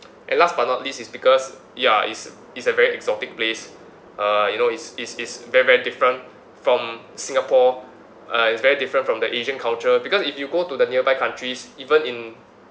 and last but not least is because ya it's it's a very exotic place uh you know is is is very very different from singapore uh it's very different from the asian culture because if you go to the nearby countries even in